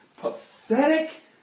pathetic